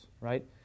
right